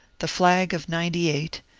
the flag of ninety eight,